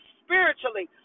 spiritually